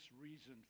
reason